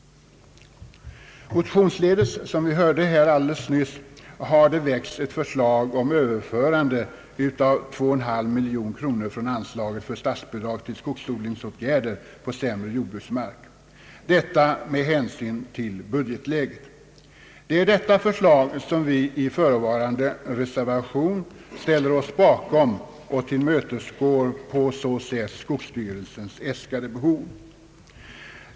Motionsledes har som vi nyss hörde väckts ett förslag om överförande av 2,5 miljoner kronor från anslaget för statsbidrag till skogsodlingsåtgärder på sämre jordbruksmark, Förslaget är föranlett av budgetläget. Det är detta förslag som vi i förevarande reservation ställer oss bakom, och på så sätt tillmötesgår vi skogsstyrelsens äskande.